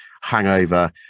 hangover